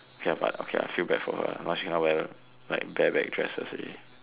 ya but okay I feel bad for her now she cannot wear like bare back dresses already